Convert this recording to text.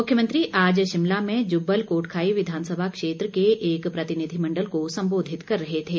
मुख्यमंत्री आज शिमला में जुब्बल कोटखाई विधानसभा क्षेत्र के एक प्रतिनिधिमंडल को संबोधित कर रहे थे